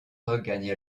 regagne